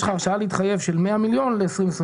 לך הרשאה להתחייב של 100 מיליון ל-2022.